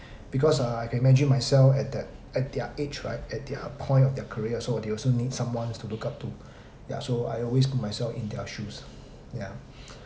because uh I can image myself at that at their age right at their point of their career so they also need someone to look up to ya so I always put myself in their shoes ya